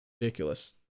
Ridiculous